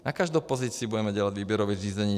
Na každou pozici budeme dělat výběrové řízení.